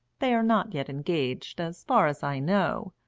they are not yet engaged, as far as i know,